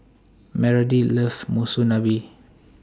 Meredith loves Monsunabe